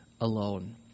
alone